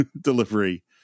delivery